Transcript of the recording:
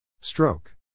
Stroke